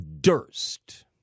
Durst